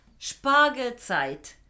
Spargelzeit